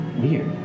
Weird